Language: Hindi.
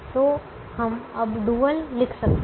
तो हम अब डुअल लिख सकते हैं